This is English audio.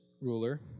ruler